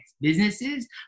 businesses